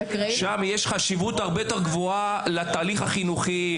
שם יש חשיבות הרבה יותר גבוהה לתהליך החינוכי,